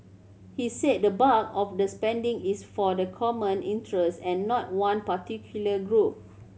he said the bulk of the spending is for the common interest and not one particular group